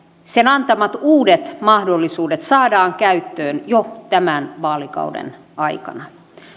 sen antamat uudet mahdollisuudet saadaan käyttöön jo tämän vaalikauden aikana